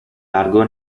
largo